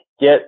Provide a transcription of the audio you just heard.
get